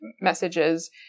messages